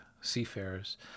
seafarers